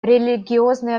религиозные